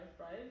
right